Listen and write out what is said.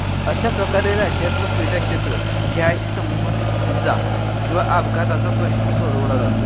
अशा प्रकारे राज्यातलं क्रीडाक्षेत्र खेळाशी संबंधित इजा किंवा अपघाताचा प्रश्न सोडवला जातो